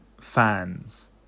fans